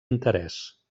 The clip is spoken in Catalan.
interès